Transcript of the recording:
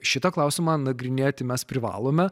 šitą klausimą nagrinėti mes privalome